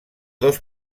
dos